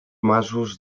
masos